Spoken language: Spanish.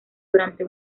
durante